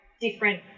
different